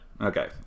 Okay